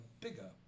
bigger